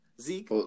Zeke